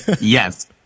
Yes